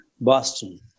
Boston